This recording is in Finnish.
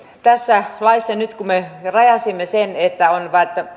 tässä laissa nyt rajasimme sen että on